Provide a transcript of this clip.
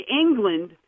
England